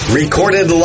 recorded